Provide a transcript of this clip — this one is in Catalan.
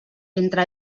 entre